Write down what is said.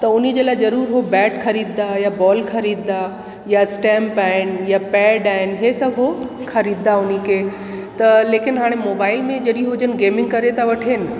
त हुनजे लाइ ज़रूरु उहो बेट खरींददा या बॉल खरींददा या स्टेंप आहिनि या पेड आहिनि इहे सभु उहो खरींददा हुनखे त लेकिनि हाणे मोबाइल में जॾहिं हू जिनि गेमिंग करे था वठनि